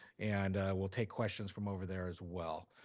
and we'll take questions from over there as well.